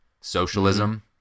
Socialism